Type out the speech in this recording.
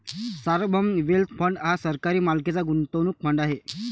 सार्वभौम wealth fund हा सरकारी मालकीचा गुंतवणूक फंड आहे